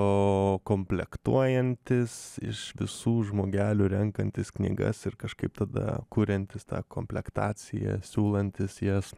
o komplektuojantis iš visų žmogelių renkantis knygas ir kažkaip tada kuriantis tą komplektaciją siūlantis jas